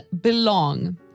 belong